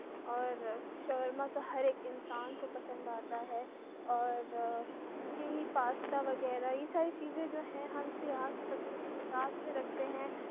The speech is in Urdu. اور شاورما تو ہر ایک انسان کو پسند آتا ہے اور کہ یہی پاستہ وغیرہ یہ ساری چیزیں جو ہیں ہم سیاح کے پسند کے حساب سے رکھتے ہیں